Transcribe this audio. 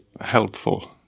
helpful